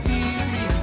easy